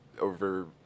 over